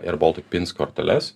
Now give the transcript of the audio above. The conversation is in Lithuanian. airbaltic pins korteles